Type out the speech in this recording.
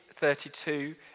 32